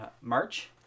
March